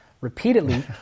repeatedly